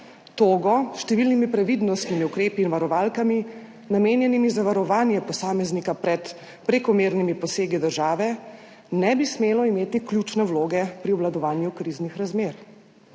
togo, s številnimi previdnostnimi ukrepi in varovalkami, namenjenimi za varovanje posameznika pred prekomernimi posegi države, ne bi smelo imeti ključne vloge pri obvladovanju kriznih razmer.